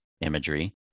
imagery